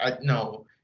no